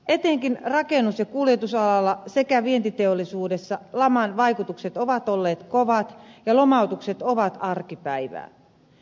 etenkin rakennus ja kuljetusalalla sekä vientiteollisuudessa laman vaikutukset ovat olleet kovat ja lomautukset ovat arkipäivää